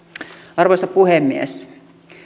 arvoisa puhemies